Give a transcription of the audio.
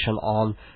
on